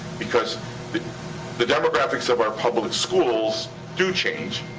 because the demographics of our public schools do change,